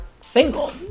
single